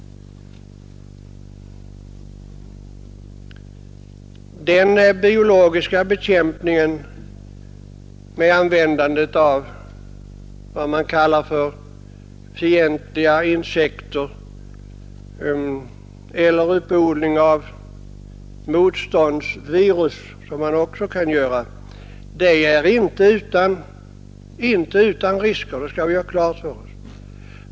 Den biologiska bekämpningen med användande av vad man kallar fientliga insekter eller uppodling av motståndsvirus är inte utan risker — det skall vi ha klart för oss.